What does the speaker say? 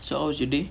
so how's your day